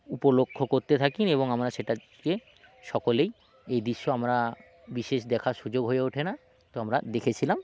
উপলক্ষ্য করতে থাকি এবং আমরা সেটাকে সকলেই এই দৃশ্য আমরা বিশেষ দেখার সুযোগ হয়ে ওঠে না তো আমরা দেখেছিলাম